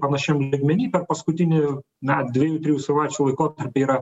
panašiam lygmeny per paskutinį na dviejų trijų savaičių laikotarpį yra